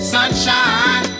Sunshine